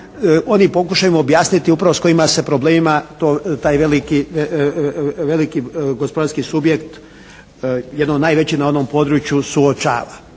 oni pokušaju objasniti upravo s kojima se problemima taj veliki gospodarski subjekt jedan od najvećih na onom području suočava.